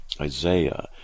Isaiah